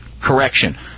correction